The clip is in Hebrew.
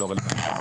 לא משנה.